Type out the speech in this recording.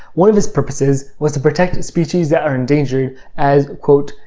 one of its purposes was to protect species that are endangered as, quote,